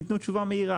אז הם יתנו תשובה מהירה,